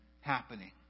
happening